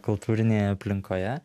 kultūrinėje aplinkoje